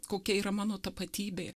kokia yra mano tapatybė